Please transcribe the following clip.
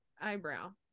eyebrow